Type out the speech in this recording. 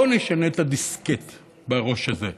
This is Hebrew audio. בואו נשנה את הדיסקט בראש הזה.